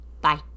Bye